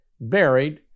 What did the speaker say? buried